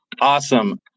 awesome